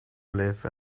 live